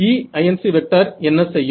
Einc என்ன செய்யும்